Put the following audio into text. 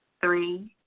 three,